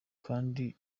kdi